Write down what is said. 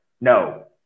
no